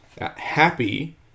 happy